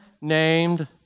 named